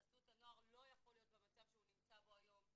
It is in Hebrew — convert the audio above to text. חסות הנוער לא יכול להיות במצב שהוא נמצא בו היום.